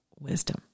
wisdom